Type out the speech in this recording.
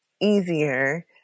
easier